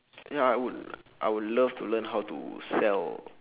ya I would I would love to learn how to sell